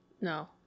No